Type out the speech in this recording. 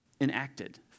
enacted